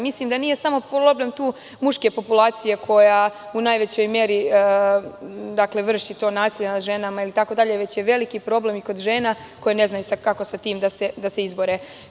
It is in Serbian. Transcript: Mislim da tu nije problem samo muške populacije koja u najvećoj meri vrši to nasilje nad ženama već je veliki problem i kod žena koje ne znaju kako sa tim da se izbore.